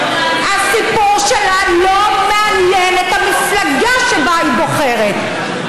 הסיפור שלה לא מעניין את המפלגה שבה היא בוחרת.